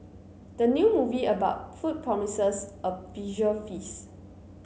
the new movie about food promises a visual feast